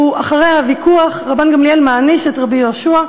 אחרי הוויכוח רבן גמליאל מעניש את רבי יהושע,